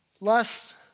lust